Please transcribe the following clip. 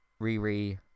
Riri